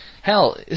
Hell